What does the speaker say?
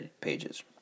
pages